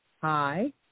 Hi